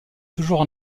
toujours